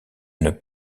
une